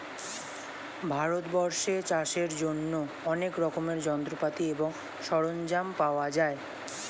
ভারতবর্ষে চাষের জন্য অনেক রকমের যন্ত্রপাতি এবং সরঞ্জাম পাওয়া যায়